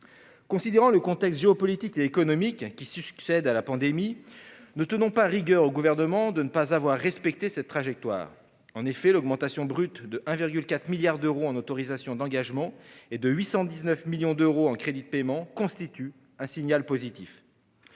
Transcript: près. Au vu du contexte géopolitique et économique qui succède à la pandémie, ne tenons pas rigueur au Gouvernement de ne pas avoir respecté cette trajectoire. En effet, l'augmentation brute de 1,4 milliard d'euros en autorisations d'engagement et de 819 millions d'euros en crédits de paiement constitue déjà un signal positif.